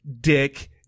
dick